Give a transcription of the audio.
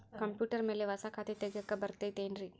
Computer ಮ್ಯಾಲೆ ಹೊಸಾ ಖಾತೆ ತಗ್ಯಾಕ್ ಬರತೈತಿ ಏನ್ರಿ?